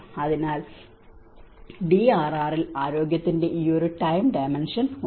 അതിനാൽ ഡിആർആറിൽ ആരോഗ്യത്തിന്റെ ഒരു ടൈം ഡിമെൻഷൻ ഉണ്ട്